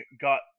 got